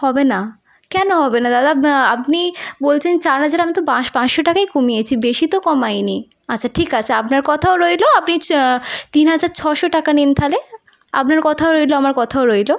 হবে না কেন হবে না দাদা আপনি বলছেন চার হাজার আমি তো পাঁচশো টাকাই কমিয়েছি বেশি তো কমাই নি আচ্ছা ঠিক আছে আপনার কথাও রইলো আপনি চা তিন হাজার ছশো টাকা নিন তাহলে আপনার কথাও রইলো আমার কথাও রইলো